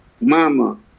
Mama